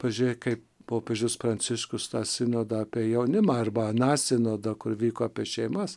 pažiūrėk kaip popiežius pranciškus tą sinodą apie jaunimą arba aną sinodą kur vyko apie šeimas